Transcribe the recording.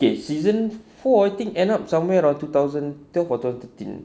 okay season fourteen end up somewhere around two thousand twelve or thousand thirteen